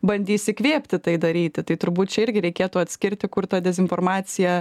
bandys įkvėpti tai daryti tai turbūt čia irgi reikėtų atskirti kur ta dezinformacija